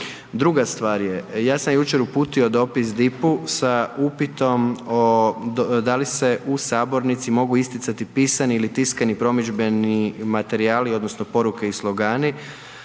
Druga stvar je, ja sam jučer uputio dopis DIP-u sa upitom da li se u sabornici mogu isticati pisani ili tiskani promidžbeni materijali odnosno poruke i slogani